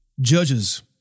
Judges